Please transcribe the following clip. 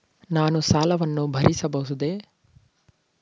ನಾನು ಸಾಲವನ್ನು ಭರಿಸಬಹುದೇ?